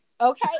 Okay